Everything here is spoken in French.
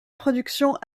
productions